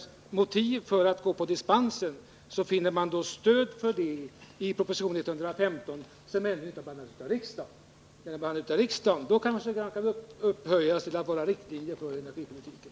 Men det finns i proposition 115, som ännu inte har behandlats av riksdagen, stöd för motiveringen för att dispensgivning skall tillämpas. När propositionen är behandlad av riksdagen har den kanske upphöjts till att gälla som riktlinjer för energipolitiken.